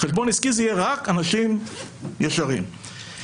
רק לאנשים ישרים יהיה חשבון עסקי.